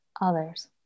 others